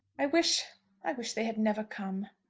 i wish i wish they had never come.